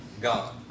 God